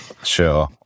Sure